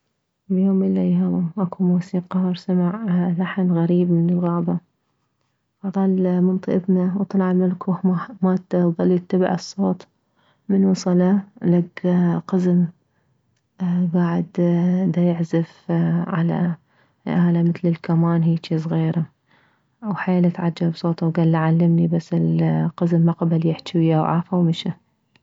بيوم من الايام اكو موسيقار سمع لحن غريب من الغابة وظل منطي اذنه وطلع من الكوخ مالته وظل يتبع الصوت من وصله لكه قزم كاعد ديعزف على آلة مثل الكمان هيج صغيرة وحيل اتعجب بصوته وكله علمني بس القزم ما قبل يحجي وياه وعافه ومشى